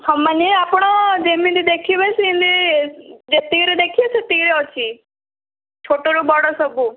ସମାନେ ଆପଣ ଯେମିତି ଦେଖିବେ ସେମିତି ଯେତିକିରେ ଦେଖିବେ ସେତିକିରେ ଅଛି ଛୋଟରୁ ବଡ଼ ସବୁ